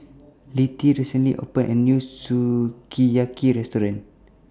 Littie recently opened A New Sukiyaki Restaurant